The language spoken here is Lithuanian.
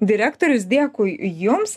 direktorius dėkui jums